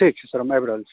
ठीक छै सर हम आबि रहल छी